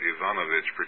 Ivanovich